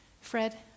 Fred